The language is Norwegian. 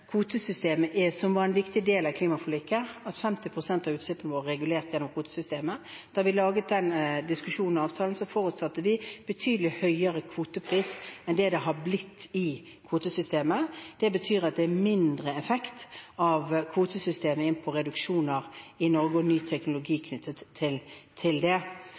kvotesystemet, som var en viktig del av klimaforliket, at 50 pst. av utslippene våre er regulert gjennom kvotesystemet. Da vi hadde den diskusjonen og laget avtalen, forutsatte vi betydelig høyere kvotepris enn det har blitt i kvotesystemet. Det betyr at det er mindre effekt av kvotesystemet knyttet til reduksjoner i Norge og ny teknologi.